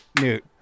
newt